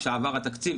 כשעבר התקציב,